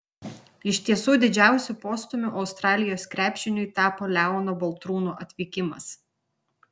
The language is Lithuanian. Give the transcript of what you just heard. iš tiesų didžiausiu postūmiu australijos krepšiniui tapo leono baltrūno atvykimas